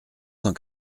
cent